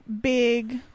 big